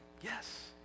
Yes